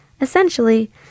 Essentially